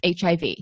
HIV